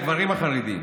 הגברים החרדים,